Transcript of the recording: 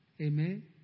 Amen